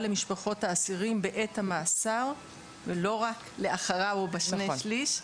למשפחות האסירים בעת המאסר ולא רק לאחריו או בשני שליש.